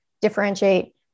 differentiate